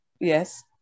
Yes